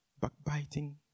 backbiting